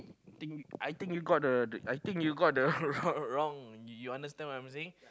I think I think you got the I think you got the wrong you understand what I'm saying